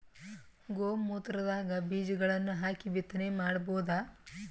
ಗೋ ಮೂತ್ರದಾಗ ಬೀಜಗಳನ್ನು ಹಾಕಿ ಬಿತ್ತನೆ ಮಾಡಬೋದ?